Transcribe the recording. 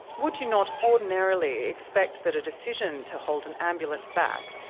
would you not ordinarily expect that a decision to hold an ambulance back.